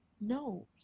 no